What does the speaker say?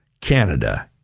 Canada